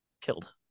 killed